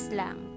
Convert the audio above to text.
lang